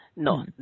No